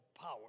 power